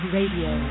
Radio